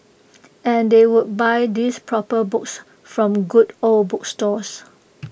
and they would buy these proper books from good old bookstores